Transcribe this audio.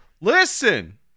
Listen